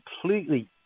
completely